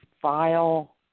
file